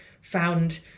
found